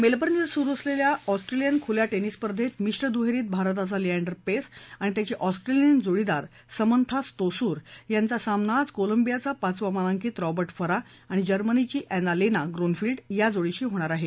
Melbourne इथचुरु असलेल्या Australian खुल्या टेनिस स्पर्धेत मिश्र दुहेरीत भारताचा लीएंडर पेस आणि त्याची ऑस्ट्रलियन जोडीदार समथा स्तोसूर यांचा सामना आज कोलंबियाचा पाचवा मानांकित रॉबर्ट फरा आणि जर्मनीची अप्ती लेना ग्रोनफिल्ड या जोडीशी होणार आहे